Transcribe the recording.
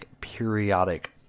periodic